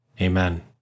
Amen